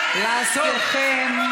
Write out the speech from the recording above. לא נותנים לי לדבר.